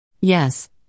Yes